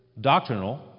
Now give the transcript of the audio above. doctrinal